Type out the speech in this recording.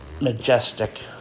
majestic